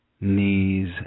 knees